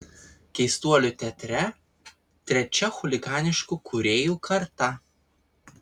keistuolių teatre trečia chuliganiškų kūrėjų karta